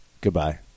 goodbye